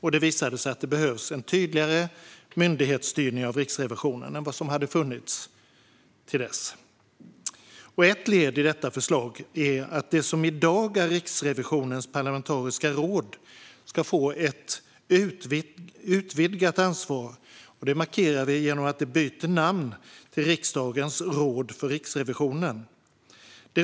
Det visade sig att det behövdes en tydligare myndighetsstyrning av Riksrevisionen än vad som tidigare hade funnits. Ett led i detta är förslaget att det som i dag är Riksrevisionens parlamentariska råd ska ges ett utvidgat ansvar. Det markeras genom att namnet byts till riksdagens råd för Riksrevisionen.